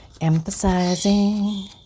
emphasizing